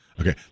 Okay